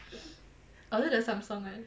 oh is it the samsung one